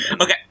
Okay